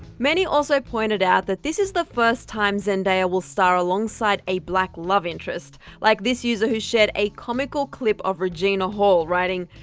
many also pointed out that this is the first time zendaya will star alongside a black love interest, like this user who shared a comical clip of regina hall, writing,